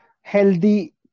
healthy